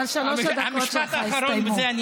אבל שלוש הדקות שלך הסתיימו.